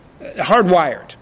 hardwired